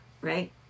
right